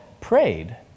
prayed